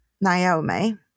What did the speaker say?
Naomi